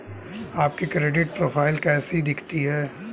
आपकी credit profile कैसी दिखती है?